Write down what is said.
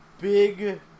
Big